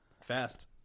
fast